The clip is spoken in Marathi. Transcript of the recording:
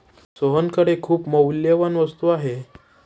सोहनकडे खूप मौल्यवान वस्तू आहे